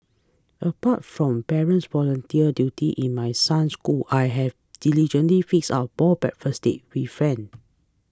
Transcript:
apart from parents volunteer duty in my son school I have diligently fix up more breakfast date with friend